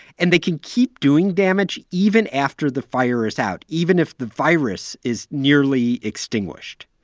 and they can keep doing damage even after the fire is out, even if the virus is nearly extinguished.